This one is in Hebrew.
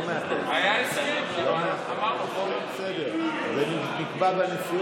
אנחנו נמצאים פה בכנסת כל לילה עד השעות